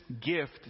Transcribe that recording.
gift